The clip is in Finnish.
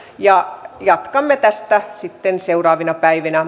jatkamme tästä sitten seuraavina päivinä